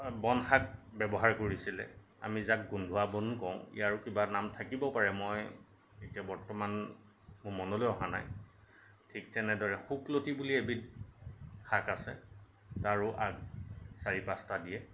বন শাক ব্যৱহাৰ কৰিছিলে আমি যাক গোন্ধোৱা বন কওঁ ইয়াৰো কিবা নাম থাকিবও পাৰে মই এতিয়া বৰ্তমান মোৰ মনলৈ আহা নাই ঠিক তেনেদৰে শুকলতি বুলি এবিধ শাক আছে তাৰো আগ চাৰি পাঁচটা দিয়ে